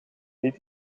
niet